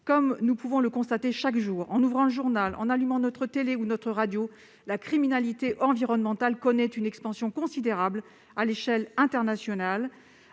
Comme nous pouvons le constater chaque jour, en ouvrant le journal, en allumant notre télé ou notre radio, la criminalité environnementale connaît une expansion considérable à l'échelle internationale.